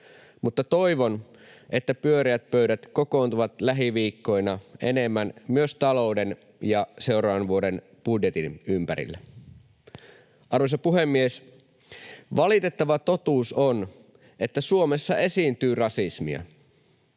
mutta toivon, että pyöreät pöydät kokoontuvat lähiviikkoina enemmän myös talouden ja seuraavan vuoden budjetin ympärille. Arvoisa puhemies! Valitettava totuus on, että Suomessa esiintyy rasismia,